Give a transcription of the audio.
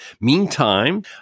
Meantime